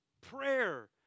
Prayer